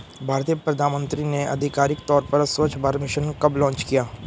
भारतीय प्रधानमंत्री ने आधिकारिक तौर पर स्वच्छ भारत मिशन कब लॉन्च किया?